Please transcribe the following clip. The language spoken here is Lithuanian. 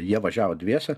jie važiavo dviese